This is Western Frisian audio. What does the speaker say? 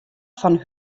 fan